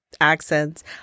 accents